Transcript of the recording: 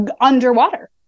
underwater